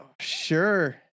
sure